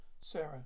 Sarah